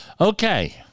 Okay